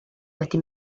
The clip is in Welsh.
wedi